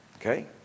Okay